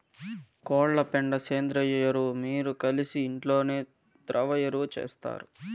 కోళ్ల పెండ సేంద్రియ ఎరువు మీరు కలిసి ఇంట్లోనే ద్రవ ఎరువు చేస్తారు